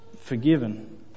forgiven